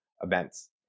events